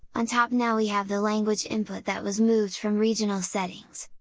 on top now we have the language input that was moved from regional settings!